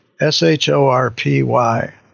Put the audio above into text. S-H-O-R-P-Y